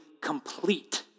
complete